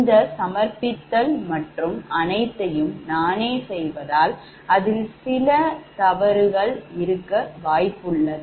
இந்த சமர்ப்பித்தல் மற்றும் அனைத்தையும் நானே செய்வதால் அதில் சிறு தவறுகள் இருக்க வாய்ப்புள்ளது